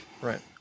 Right